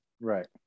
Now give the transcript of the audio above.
right